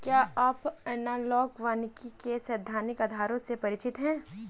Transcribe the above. क्या आप एनालॉग वानिकी के सैद्धांतिक आधारों से परिचित हैं?